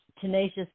tenacious